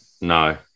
No